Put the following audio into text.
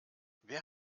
wer